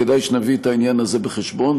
כדאי שנביא את העניין הזה בחשבון,